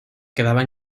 quedaba